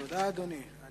תודה, אדוני.